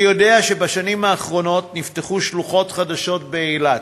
אני יודע שבשנים האחרונות נפתחו שלוחות חדשות באילת,